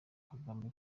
kagame